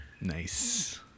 Nice